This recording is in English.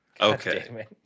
Okay